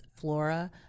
Flora